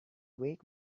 wake